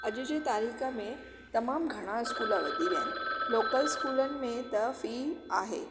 अॼ जे तारीख़ में तमामु घणा स्कूल वधी विया आहिनि लोकल स्कूलनि में त फी आहे